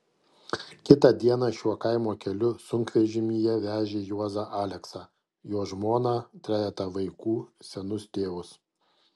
kitą dieną šiuo kaimo keliu sunkvežimyje vežė juozą aleksą jo žmoną trejetą vaikų senus tėvus